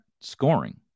scoring